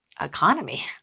economy